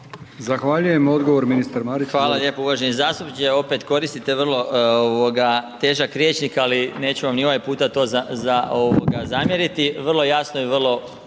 Zahvaljujem. Odgovor ministar Marić,